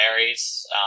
varies